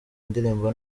indirimbo